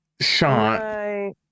Sean